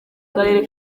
karere